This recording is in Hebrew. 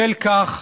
בשל כך,